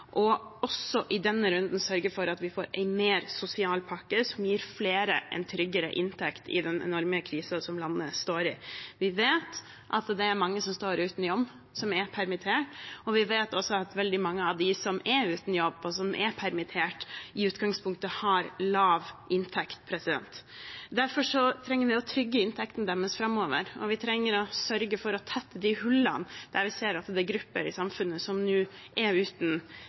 og jeg imøteser behandlingen vi skal ha av den pakken som kommer i løpet av denne uken, om kontantstøtte, om kompensasjon til bedriftene rundt omkring i hele landet. Det blir en viktig jobb. Det har vært helt sentralt for SV i behandlingen av denne krisepakken også i denne runden å sørge for at vi får en mer sosial pakke, som gir flere en tryggere inntekt i den enorme krisen som landet står i. Vi vet at det er mange som står uten jobb, som er permittert, og vi vet også at veldig mange av dem som er uten jobb, og som er permittert, i utgangspunktet har